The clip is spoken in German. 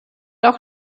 auch